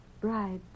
bride